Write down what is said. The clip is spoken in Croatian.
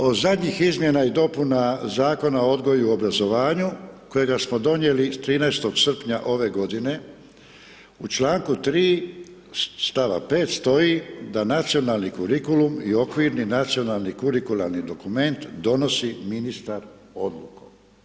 Od zadnjih Izmjena i dopuna zakona o odgoju i obrazovanju kojega smo donijeli 13. srpnja ove godine u čl. 3 st. 5 stoji da nacionalni kurikulum i okvirni nacionalni kurikularni dokument donosi ministar odlukom.